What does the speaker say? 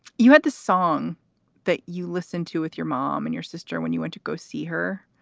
you had the song that you listened to with your mom and your sister when you went to go see her.